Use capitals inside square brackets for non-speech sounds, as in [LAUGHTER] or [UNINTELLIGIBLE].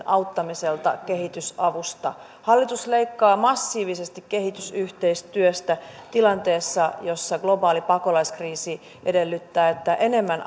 [UNINTELLIGIBLE] auttamisesta kehitysavusta hallitus leikkaa massiivisesti kehitysyhteistyöstä tilanteessa jossa globaali pakolaiskriisi edellyttää että enemmän [UNINTELLIGIBLE]